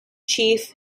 chief